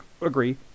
agree